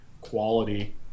quality